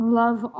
love